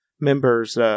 members